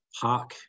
Park